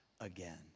again